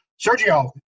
Sergio